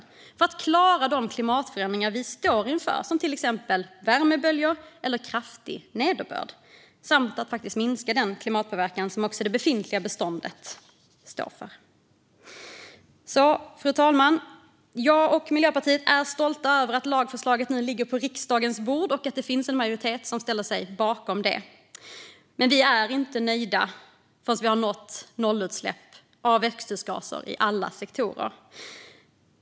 Det handlar dels om att klara de klimatförändringar vi står inför, till exempel värmeböljor eller kraftig nederbörd, dels om att minska den klimatpåverkan som också det befintliga beståndet står för. Fru talman! Jag och Miljöpartiet är stolta över att lagförslaget nu ligger på riksdagens bord och att det finns en majoritet som ställer sig bakom det. Men vi är inte nöjda förrän vi har nått nollutsläpp av växthusgaser i alla sektorer.